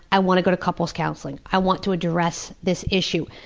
i want to go to couple's counselling. i want to address this issue.